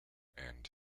and